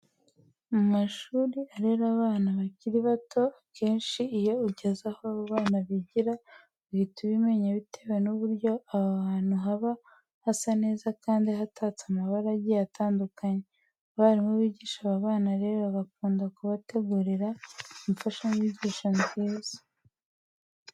Mu mashuri arera abana bakiri bato akenshi iyo ugeze aho abo bana bigira, uhita ubimenya bitewe n'uburyo aho hantu haba hasa neza kandi hatatse amabara agiye atandukanye. Abarimu bigisha aba bana rero bakunda kubategurira imfashanyigisho nziza.